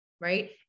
Right